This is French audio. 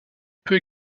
peu